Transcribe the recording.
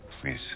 please